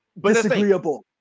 disagreeable